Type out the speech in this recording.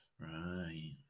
right